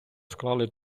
склали